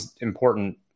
important